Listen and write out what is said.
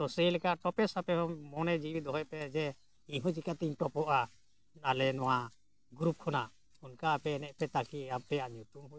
ᱛᱚ ᱥᱮ ᱞᱮᱠᱟ ᱴᱚᱯᱮ ᱥᱟᱯᱮ ᱦᱚᱸ ᱢᱚᱱᱮ ᱡᱤᱣᱤ ᱫᱚᱦᱚᱭ ᱯᱮ ᱡᱮ ᱤᱧᱦᱚᱸ ᱪᱤᱠᱟᱹᱛᱮᱧ ᱴᱚᱯᱚᱜᱼᱟ ᱟᱞᱮ ᱱᱚᱣᱟ ᱜᱨᱩᱯ ᱠᱷᱚᱱᱟᱜ ᱚᱱᱠᱟ ᱟᱯᱮ ᱮᱱᱮᱡ ᱯᱮ ᱛᱟᱠᱤ ᱟᱯᱮᱭᱟᱜ ᱧᱩᱛᱩᱢ ᱦᱩᱭ ᱦᱚᱸ